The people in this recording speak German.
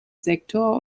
sektor